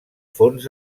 fons